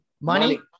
money